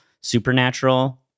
supernatural